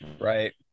right